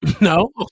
no